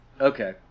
Okay